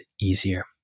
easier